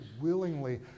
willingly